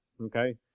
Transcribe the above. okay